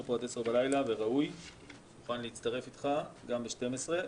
פה עד 22:00 בלילה וראוי ואני מוכן להצטרף אליך וגם ב-12.